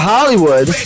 Hollywood